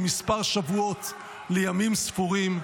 מכמה שבועות לימים ספורים,